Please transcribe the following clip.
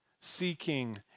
seeking